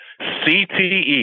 CTE